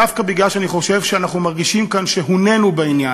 דווקא מפני שאני חושב שאנחנו מרגישים כאן שהוּנינו בעניין.